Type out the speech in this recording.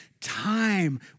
time